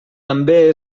també